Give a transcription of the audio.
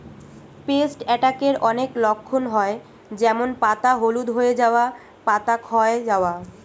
paste অ্যাটাকের অনেক লক্ষণ হয় যেমন পাতা হলুদ হয়ে যাওয়া, পাতা ক্ষয় যাওয়া